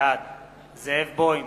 בעד זאב בוים,